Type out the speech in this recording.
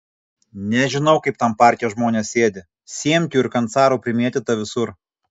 nežinau kaip tam parke žmonės sėdi siemkių ir kancarų primėtyta visur